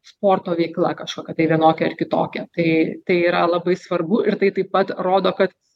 sporto veikla kažkokia tai vienokia ar kitokia tai tai yra labai svarbu ir tai taip pat rodo kad